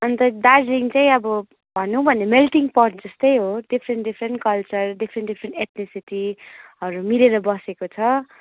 अनि त दार्जिलिङ चाहिँ अब भन्नुभने मेल्टिङ पोट जस्तै हो different different culture different different एथ्निसिटीहरू मिलेर बसेको छ